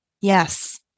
Yes